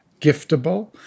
giftable